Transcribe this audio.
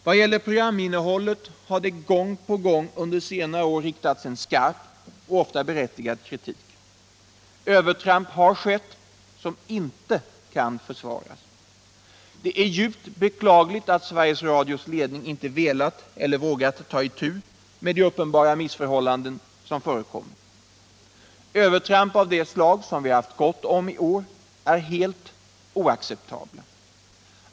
Mot programinnehållet har det gång på gång under senare år riktats en skarp och ofta berättigad kritik. Övertramp har skett som inte kan försvaras. Det är djupt beklagligt att Sveriges Radios ledning inte har velat eller vågat ta itu med de uppenbara missförhållanden som förekommit. Övertramp av det slag som vi haft gott om i år är helt oacceptabla.